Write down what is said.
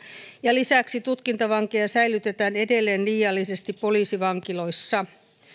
lisäksi tutkintavankeja säilytetään edelleen liiallisesti poliisivankiloissa